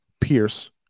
Pierce